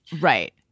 Right